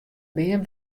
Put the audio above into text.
beam